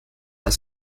als